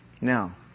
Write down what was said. Now